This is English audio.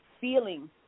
feeling